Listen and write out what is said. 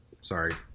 sorry